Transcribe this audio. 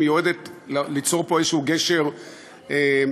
מיועדת ליצור פה איזשהו גשר א-פוליטי,